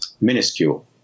minuscule